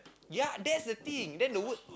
ya that's the thing then the wor~